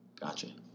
Gotcha